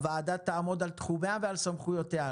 הוועדה תעמוד על תחומיה ועל סמכויותיה,